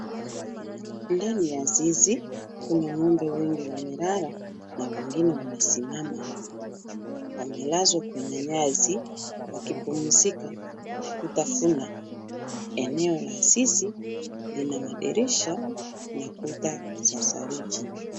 Ndani ya zizi. Kuna ng'ombe wengi wamelala, na wengine wamesimama. Wamelazwa kwenye nyasi wakipumzika na kutafuna. Eneo la zizi lina madirisha na kuta za saruji.